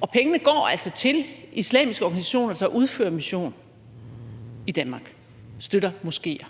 Og pengene går altså til islamiske organisationer, der udfører mission i Danmark, støtter moskéer.